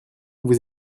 vous